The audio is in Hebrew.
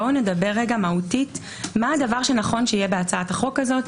בואו נדבר מהותית מה נכון שיהיה בהצעת החוק הזאת,